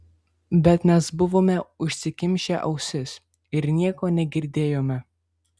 bet mes buvome užsikimšę ausis ir nieko negirdėjome